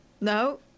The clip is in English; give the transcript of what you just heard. No